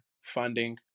funding